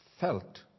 felt